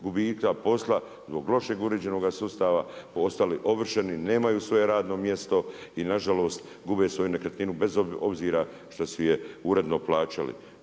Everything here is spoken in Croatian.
gubitka posla, zbog lošeg uređenoga sustava postali ovršeni, nemaju svoje radno mjesto i nažalost gube svoju nekretninu bez obzira što su je uredno plaćali.